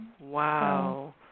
Wow